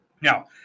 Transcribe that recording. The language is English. Now